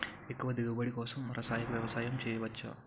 ఎక్కువ దిగుబడి కోసం రసాయన వ్యవసాయం చేయచ్చ?